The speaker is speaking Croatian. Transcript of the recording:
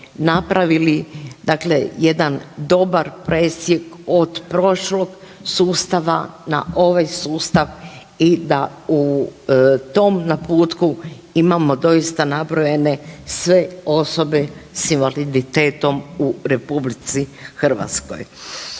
napravili dakle jedan dobar presjek od prošlog sustava na ovaj sustav i da u tom naputku imamo doista nabrojane sve osobe s invaliditetom u RH. I taj